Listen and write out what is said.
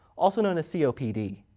also known as c o p d.